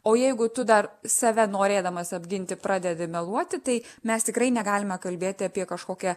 o jeigu tu dar save norėdamas apginti pradedi meluoti tai mes tikrai negalime kalbėti apie kažkokią